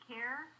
Care